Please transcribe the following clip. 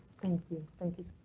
thank you thank you.